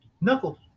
knuckles